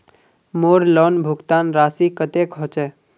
मोर लोन भुगतान राशि कतेक होचए?